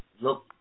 look